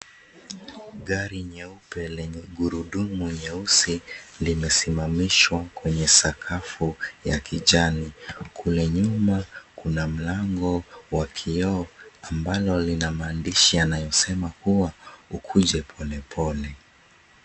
Gari nyeupe lenye gurudumu nyeusi limesimamishwa kwenye sakafu ya kijani. Kule nyuma kuna mlango wa kioo ambalo lina maandishi yanayosema kuwa ukuje pole pole.